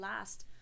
last